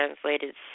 translated